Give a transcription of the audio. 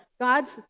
God's